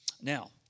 Now